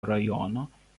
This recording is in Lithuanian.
rajono